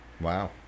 Wow